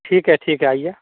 ठीक है ठीक है आइए